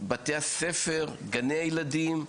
בתי הספר, גני הילדים.